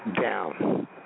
down